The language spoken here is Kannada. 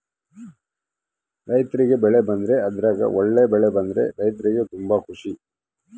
ರೈರ್ತಿಗೆ ಬೆಳೆ ಬಂದ್ರೆ ಅದ್ರಗ ಒಳ್ಳೆ ಬೆಳೆ ಬಂದ್ರ ರೈರ್ತಿಗೆ ತುಂಬಾ ಖುಷಿ